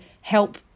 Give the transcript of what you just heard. help